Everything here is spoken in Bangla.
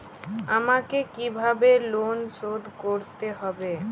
আমাকে কিভাবে লোন শোধ করতে হবে?